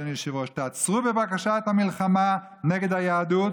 אדוני היושב-ראש: תעצרו בבקשה את המלחמה נגד היהדות,